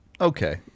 Okay